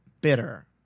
bitter